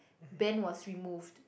band was removed